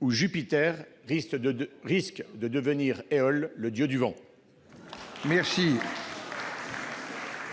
ou Jupiter risque de devenir Éole, le dieu du vent